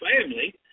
family